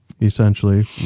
essentially